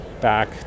back